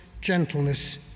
gentleness